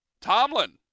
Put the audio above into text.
Tomlin